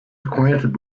acquainted